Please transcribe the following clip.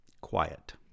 Quiet